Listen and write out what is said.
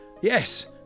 yes